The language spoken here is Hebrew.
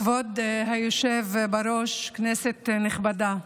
כבוד היושב בראש, כנסת נכבדה,